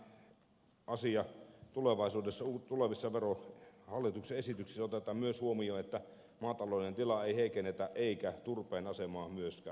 toivon että tämä asia tulevaisuudessa tulevissa hallituksen esityksissä otetaan myös huomioon että maatalouden tilaa ei heikennetä eikä turpeen asemaa myöskään